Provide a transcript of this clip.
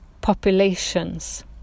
populations